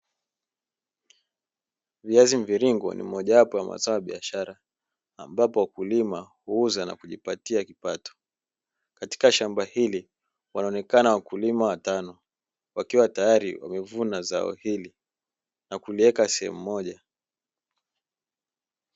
Viazi mviringo ni moja wapo ya mazao ya biashara, ambapo wakulima huuza na kujipatia kipato. Katika shamba hili waonaonekana wakulima watano wakiwa tayari wamevuna zao hili na kuliweka sehemu moja.